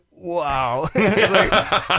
wow